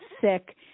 sick